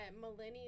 millennials